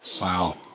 Wow